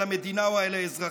על המדינה או על האזרחים.